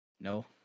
no